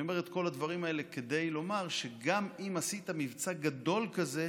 אני אומר את כל הדברים האלה כדי לומר שגם אם עשית מבצע גדול כזה,